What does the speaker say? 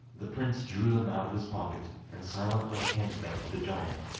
the prince drew them out of his pocket, and silently handed them to the giant,